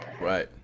right